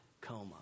coma